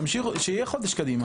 שיהיה חודש קדימה.